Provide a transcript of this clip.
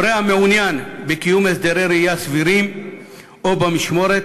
הורה המעוניין בקיום הסדרי ראייה סבירים או במשמורת